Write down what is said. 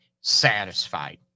satisfied